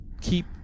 keep